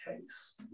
case